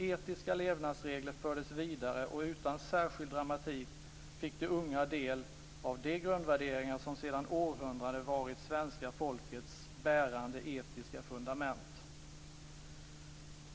Etiska levnadsregler fördes vidare, och utan särskild dramatik fick de unga del av de grundvärderingar som sedan århundraden varit svenska folkets bärande etiska fundament.